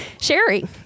Sherry